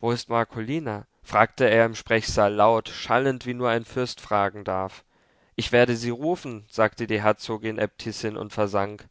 wo ist marcolina fragte er im sprechsaal laut schallend wie nur ein fürst fragen darf ich werde sie rufen sagte die herzogin äbtissin und versank